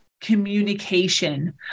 communication